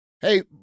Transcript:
hey